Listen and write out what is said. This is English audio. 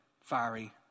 fiery